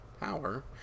power